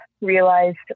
realized